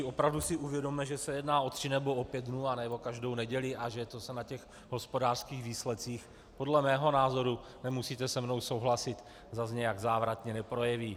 Opravdu si uvědomme, že se jedná o tři nebo o pět dnů, ne o každou neděli, a že se to na těch hospodářských výsledcích podle mého názoru, nemusíte se mnou souhlasit, zase nějak závratně neprojeví.